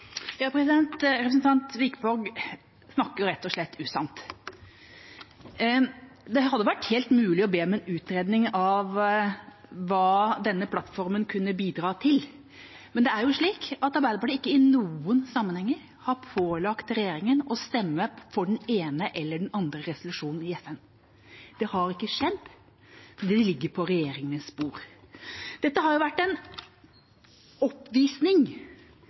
snakker rett og slett usant. Det hadde vært mulig å be om en utredning om hva denne plattformen kunne bidra til, men Arbeiderpartiet har ikke i noen sammenhenger pålagt regjeringa å stemme for den ene eller den andre resolusjonen i FN. Det har ikke skjedd, det ligger på regjeringas bord. Dette har vært en oppvisning